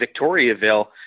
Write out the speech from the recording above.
Victoriaville